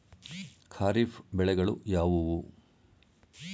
ಖಾರಿಫ್ ಬೆಳೆಗಳು ಯಾವುವು?